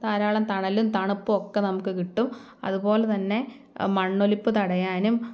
ധാരാളം തണലും തണുപ്പൊക്കെ നമുക്ക് കിട്ടും അതുപോലെതന്നെ മണ്ണൊലിപ്പ് തടയാനും